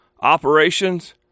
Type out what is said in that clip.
Operations